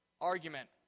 argument